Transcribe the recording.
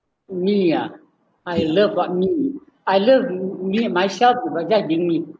me ah I love about me I love me and myself by just being me